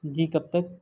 جی کب تک